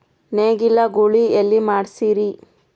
ನೇಗಿಲ ಗೂಳಿ ಎಲ್ಲಿ ಮಾಡಸೀರಿ?